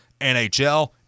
NHL